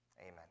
Amen